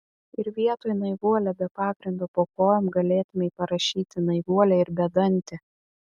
ir vietoj naivuolė be pagrindo po kojom galėtumei parašyti naivuolė ir bedantė